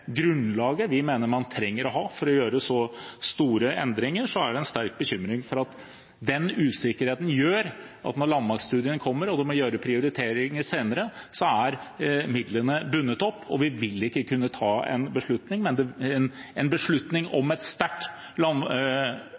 grunnlaget vi mener man trenger å ha for å gjøre så store endringer, er det en sterk bekymring for at den usikkerheten gjør at når landmaktstudien kommer og man må gjøre prioriteringer senere, så er midlene bundet opp, og vi vil ikke kunne ta en beslutning om et sterkt